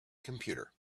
computer